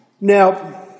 Now